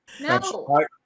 No